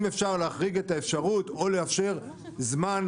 אם אפשר להחריג את האפשרות או לאפשר זמן